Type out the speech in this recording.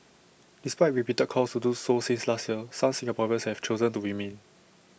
despite repeated calls to do so since last year some Singaporeans have chosen to remain